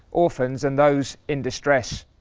orphans and those in distress.